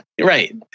Right